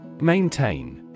Maintain